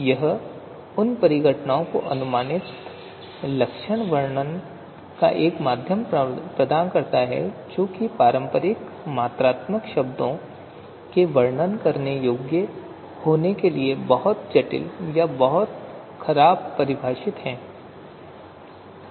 यह उन परिघटनाओं के अनुमानित लक्षण वर्णन का एक माध्यम प्रदान करता है जो पारंपरिक मात्रात्मक शब्दों में वर्णन करने योग्य होने के लिए बहुत जटिल या बहुत खराब परिभाषित हैं